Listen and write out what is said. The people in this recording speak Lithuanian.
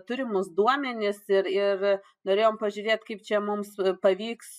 turimus duomenis ir ir norėjom pažiūrėt kaip čia mums pavyks